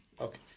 Okay